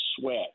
sweat